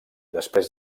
després